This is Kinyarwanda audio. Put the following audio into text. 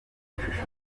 amashusho